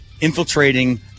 infiltrating